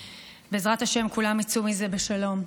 שבעזרת השם כולם יצאו מזה בשלום.